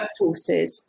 workforces